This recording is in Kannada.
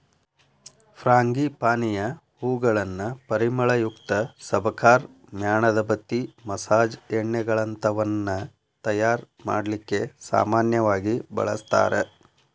ಫ್ರಾಂಗಿಪಾನಿಯ ಹೂಗಳನ್ನ ಪರಿಮಳಯುಕ್ತ ಸಬಕಾರ್, ಮ್ಯಾಣದಬತ್ತಿ, ಮಸಾಜ್ ಎಣ್ಣೆಗಳಂತವನ್ನ ತಯಾರ್ ಮಾಡ್ಲಿಕ್ಕೆ ಸಾಮನ್ಯವಾಗಿ ಬಳಸ್ತಾರ